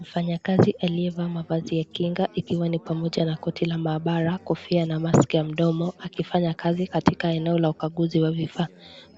Mfanyikazi aliyevaa mavazi ya kinga ikiwa pamoja na koti la maabara, kofia na (CS)maski(CS )ya mdomo akifanya kazi katika eneo la ukaguzi wa vifaa.